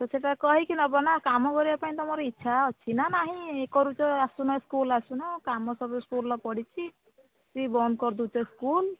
ତ ସେଟା କହିକି ନେବ ନା କାମ କରିବା ପାଇଁ ତୁମର ଇଚ୍ଛା ଅଛି ନା ନାହିଁ କରୁଛ ଆସୁନ ସ୍କୁଲ ଆସୁନ କାମ ସବୁ ସ୍କୁଲର ପଡ଼ିଛି ବନ୍ଦ କରିଦେଉଛ ସ୍କୁଲ